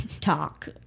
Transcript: talk